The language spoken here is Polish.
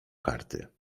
karty